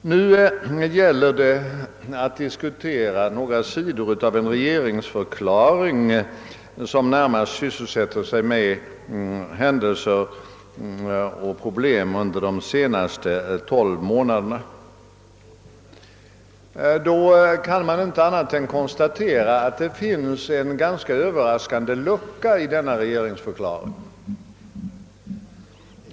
Nu gäller det att diskutera några sidor av dagens regeringsförklaring som närmast sysselsätter sig med händelser och problem under de senaste tolv månaderna. Man kan inte annat än konstatera att det finns en ganska överraskande lucka i denna regeringsförklaring.